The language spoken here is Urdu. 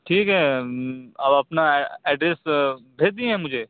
ٹھیک ہے آپ اپنا ایڈریس بھیج دئے ہیں مجھے